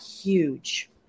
huge